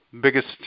biggest